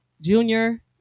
junior